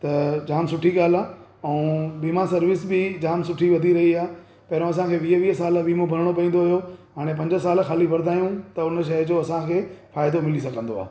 त जाम सुठी ॻाल्ह आहे ऐं बीमा सर्विस बि जाम सुठी वधी रही आहे पहिरियों असां खे वीह वीह साल वीमो भरिणो पवंदो हुओ हाणे पंज साल खाली भरंदा आहियूं त उन शइ जो असांखे फ़ाइदो मिली सघंदो आहे